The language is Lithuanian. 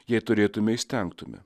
jei turėtumėme įstengtumėme